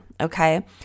Okay